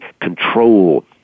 control